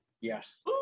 Yes